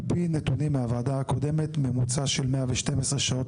על פי נתונים מהוועדה הקודמת ממוצע של 112 שעות